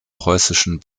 preußischen